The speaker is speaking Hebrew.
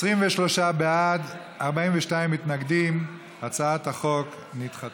23 בעד, 42 מתנגדים, הצעת החוק נדחתה.